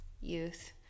youth